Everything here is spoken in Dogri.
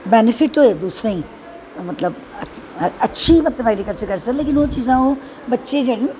बैनिफिट होऐ दूसरें गी मतलव अच्छी ऐग्रीकल्चर करी सकदे न पर ओह् चीज़ां ओह् बच्चे